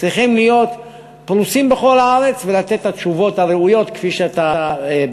צריכים להיות פרוסים בכל הארץ ולתת את התשובות הראויות כפי שביקשת.